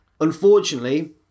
Unfortunately